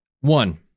One